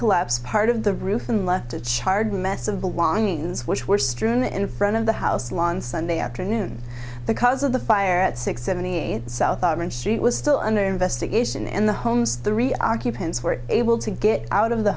collapsed part of the roof and left a charred mess of belongings which were strewn in front of the house lawn sunday afternoon the cause of the fire at six seventy eight south street was still under investigation and the homes three occupants were able to get out of the